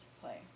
play